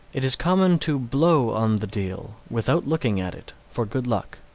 it is common to blow on the deal, without looking at it, for good luck.